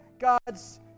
God's